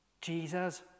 Jesus